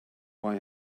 why